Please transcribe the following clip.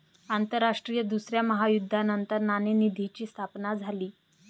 आंतरराष्ट्रीय दुसऱ्या महायुद्धानंतर नाणेनिधीची स्थापना झाली